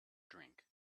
drink